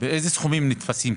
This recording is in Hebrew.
אילו סכומים נתפסים?